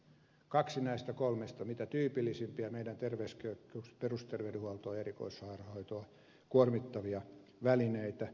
kaksi näistä kolmesta ovat mitä tyypillisimpiä meidän terveyskeskuksia perusterveydenhuoltoa erikoissairaanhoitoa kuormittavia välineitä